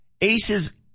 Aces